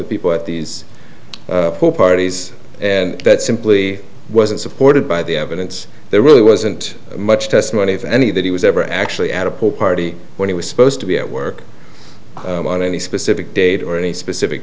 h people at these parties and that simply wasn't supported by the evidence there really wasn't much testimony of any that he was ever actually at a pool party when he was supposed to be at work on any specific date or any specific